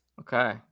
Okay